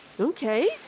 Okay